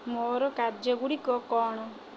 ମୋର କାର୍ଯ୍ୟଗୁଡ଼ିକ କ'ଣ